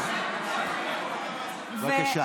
בבקשה.